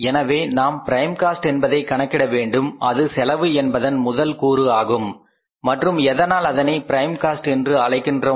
எனவே நாம் prime cost என்பதை கணக்கிட வேண்டும் அது செலவு என்பதன் முதல் கூறு ஆகும் மற்றும் எதனால் அதனை பிரைம் காஸ்ட் என்று அழைக்கின்றோம்